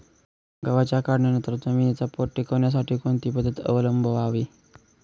गव्हाच्या काढणीनंतर जमिनीचा पोत टिकवण्यासाठी कोणती पद्धत अवलंबवावी?